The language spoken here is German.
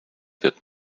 wird